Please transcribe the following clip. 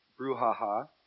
brouhaha